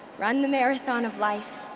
run the marathon of life.